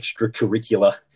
extracurricular